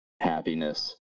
happiness